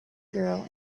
girl